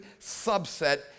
subset